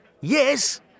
yes